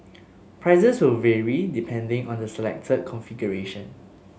prices will vary depending on the selected configuration